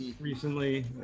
recently